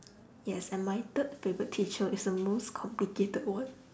yes and my third favourite teacher is the most complicated one